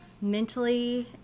mentally